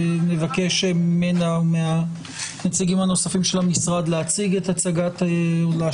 נבקש ממנה ומהנציגים הנוספים של המשרד להשלים